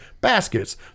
Baskets